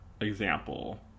example